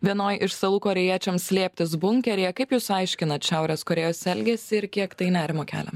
vienoj iš salų korėjiečiams slėptis bunkeryje kaip jūs aiškinat šiaurės korėjos elgesį ir kiek tai nerimo kelia